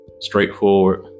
straightforward